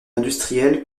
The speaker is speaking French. industriel